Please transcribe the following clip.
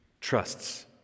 trusts